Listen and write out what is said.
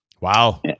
Wow